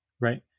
right